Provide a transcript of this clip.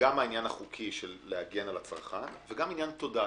- גם העניין החוקי של להגן על הצרכן וגם עניין תודעתי,